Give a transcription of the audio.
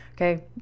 Okay